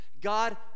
God